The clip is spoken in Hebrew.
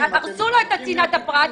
הרסו לו את צנעת הפרט,